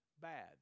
bad